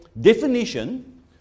definition